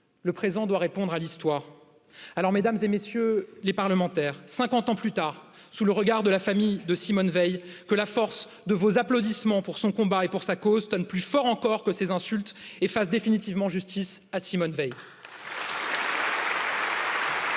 le présentent doit répondre à l'histoire, Alors, Mᵐᵉˢ et MM. les parlementaires, 50 ans plus tard, sous le regard de la famille de Simone Veil, que la force de vos applaudissements pour son combat et pour sa cause tonne plus fort encore que ses insultes et fasse définitivement justice à Simone Veil. Si, peu